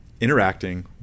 interacting